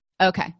Okay